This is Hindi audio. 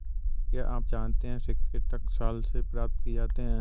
क्या आप जानते है सिक्के टकसाल से प्राप्त किए जाते हैं